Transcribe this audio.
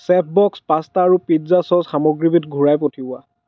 chef boss pasta আৰু pizza sauce সামগ্ৰীবিধ ঘূৰাই পঠিওৱা